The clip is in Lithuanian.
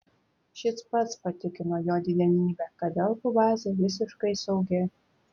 šis pats patikino jo didenybę kad delfų bazė visiškai saugi